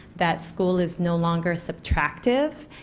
that school is no longer subtractive,